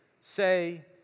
say